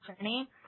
Journey